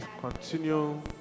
Continue